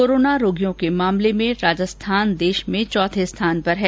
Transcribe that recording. corona रोगियों के मामले में राजस्थान देश में चौथे स्थान पर है